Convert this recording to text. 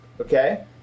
Okay